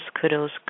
kudos